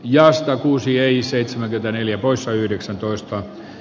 jääskö uusia ii seitsemän itä neljä arvoisa puhemies